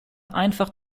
einfach